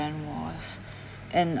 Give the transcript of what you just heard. and was and